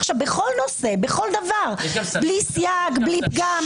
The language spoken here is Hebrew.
בכל נושא, בכל דבר, בלי סייג, בלי פגם.